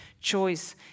choice